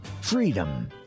Freedom